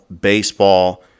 baseball